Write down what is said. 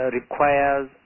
requires